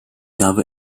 habe